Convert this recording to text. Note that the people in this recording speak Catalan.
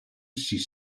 sis